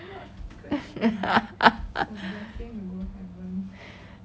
r